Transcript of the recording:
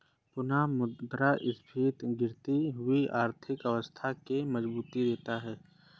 पुनःमुद्रस्फीति गिरती हुई अर्थव्यवस्था के मजबूती देता है